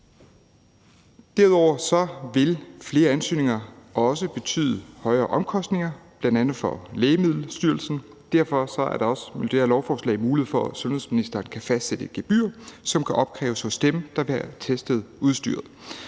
Derudover vil flere ansøgninger også betyde højere omkostninger, bl.a. for Lægemiddelstyrelsen, og derfor er der også med det her lovforslag mulighed for, at sundhedsministeren kan fastsætte et gebyr, som kan opkræves hos dem, der vil have testet udstyret,